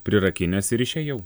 prirakinęs ir išėjau